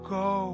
go